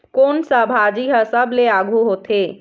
कोन सा भाजी हा सबले आघु होथे?